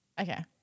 Okay